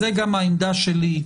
זו גם העמדה שלי,